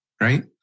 right